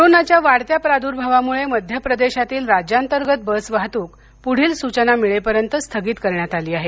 corona च्या वाढत्या प्रादुर्भावामुळे मध्य प्रदेशातील राज्यांतर्गत बस वाहतुक पुढील सूचना मिळेपर्यंत स्थगित करण्यात आली आहे